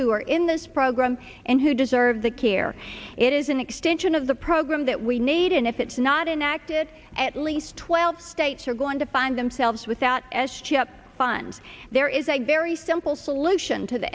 who are in this program and who deserve the care it is an extension of the program that we need and if it's not enacted at least twelve states are going to find themselves without s chip funds there is a very simple solution to the